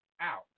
out